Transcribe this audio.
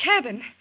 cabin